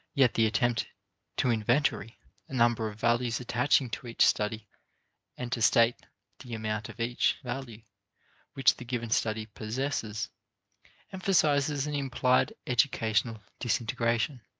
yet the attempt to inventory a number of values attaching to each study and to state the amount of each value which the given study possesses emphasizes an implied educational disintegration.